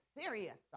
serious